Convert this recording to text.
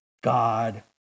God